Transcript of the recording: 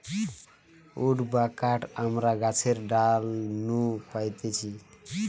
would বা কাঠ আমরা গাছের ডাল নু পাইতেছি